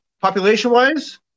Population-wise